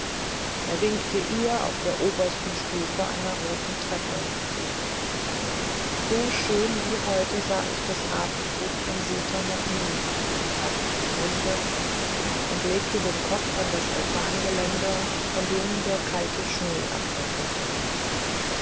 er winke ihr auf der obersten stufe einer roten treppe so schön wie heute sah ich das abendrot von seta noch nie sagte die blinde und lehnte den kopf an das altangeländer von dem der kalte schnee abbröckelte